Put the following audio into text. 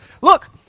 look